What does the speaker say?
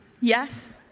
Yes